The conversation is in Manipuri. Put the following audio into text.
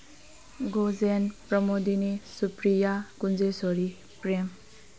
ꯒꯣꯖꯦꯟ ꯄ꯭ꯔꯃꯣꯗꯤꯅꯤ ꯁꯨꯄ꯭ꯔꯤꯌꯥ ꯀꯨꯟꯖꯦꯁꯣꯔꯤ ꯄ꯭ꯔꯦꯝ